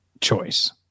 choice